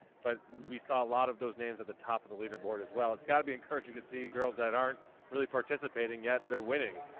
but we saw a lot of those names at the top of the leader board as well. it's got to be encouraging to see girls that aren't really participating yet, they're winning.